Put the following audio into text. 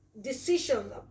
decisions